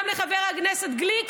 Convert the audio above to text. גם לחבר הכנסת גליק,